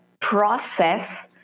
process